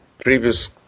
previous